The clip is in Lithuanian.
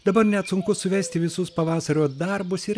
dabar net sunku suvesti visus pavasario darbus ir